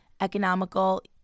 economical